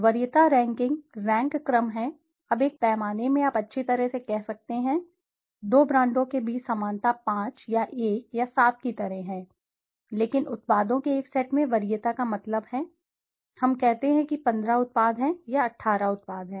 वरीयता ranking rank क्रम हैं अब एक पैमाने में आप अच्छी तरह से कह सकते हैं दो ब्रांडों के बीच समानता 5 या 1 या 7 की तरह है लेकिन उत्पादों के एक सेट में वरीयता का मतलब है हम कहते हैं कि 15 उत्पाद हैं या 18 उत्पाद हैं